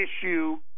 issue